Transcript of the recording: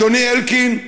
אדוני אלקין,